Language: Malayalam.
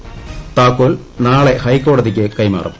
്താക്കോൽ നാളെ ഹൈക്കോടതിക്ക് ക്കെമാറും